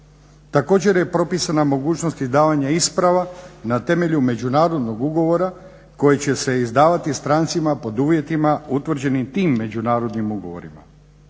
Također je propisana mogućnost izdavanja isprava na temelju međunarodnog ugovora koji će se izdavati strancima pod uvjetima utvrđenim tim međunarodnim ugovorima.